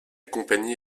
compagnie